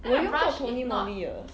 我有用过 Tony Moly 的